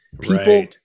People